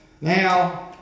Now